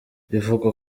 ivuga